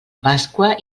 pasqua